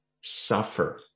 suffer